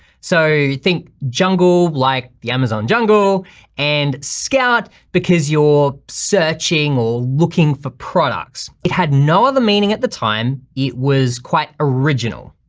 so think jungle like the amazon jungle and scout because you're searching or looking for products, it had no other meaning at the time, it was quite original.